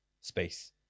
space